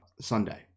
sunday